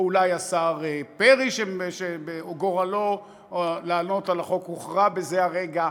אולי השר פרי שגורלו לענות על החוק הוכרע בזה הרגע,